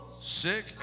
Sick